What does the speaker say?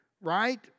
right